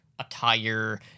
attire